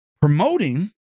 promoting